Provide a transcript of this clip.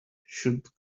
should